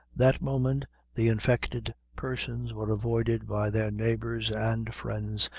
that moment the infected persons were avoided by their neighbors and friends,